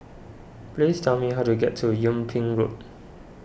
please tell me how to get to Yung Ping Road